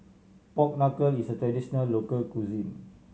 pork knuckle is a traditional local cuisine